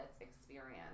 experience